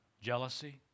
Jealousy